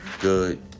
Good